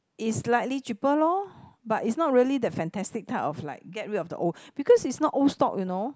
it's slightly cheaper lor but it's not really that fantastic type of like get rid of the old because is not old stock you know